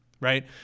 right